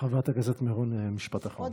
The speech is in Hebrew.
חברת הכנסת מירון, משפט אחרון.